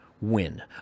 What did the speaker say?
win